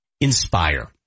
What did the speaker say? Inspire